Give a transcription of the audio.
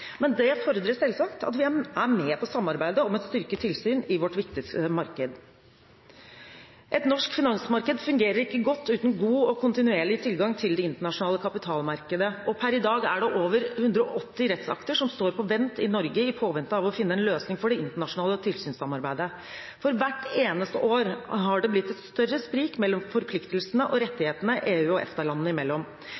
Men det fordrer selvsagt at vi er med på samarbeidet om et styrket tilsyn i vårt viktigste marked. Et norsk finansmarked fungerer ikke godt uten god og kontinuerlig tilgang til det internasjonale kapitalmarkedet. Per i dag er det over 180 rettsakter som står på vent i Norge i påvente av å finne en løsning for det internasjonale tilsynssamarbeidet. For hvert eneste år har det blitt et større sprik mellom forpliktelsene og